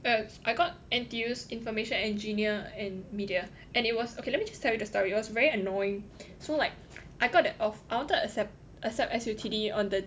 well I got N_T_U's information engineer and media and it was okay let me just tell you the story it was very annoying so like I got that of~ I wanted to accept accept S_U_T_D on the